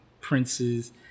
Prince's